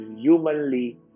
humanly